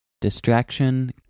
distraction